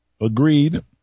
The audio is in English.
agreed